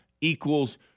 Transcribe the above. equals